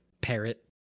parrot